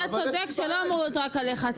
זה לא אמור להיות רק עליך,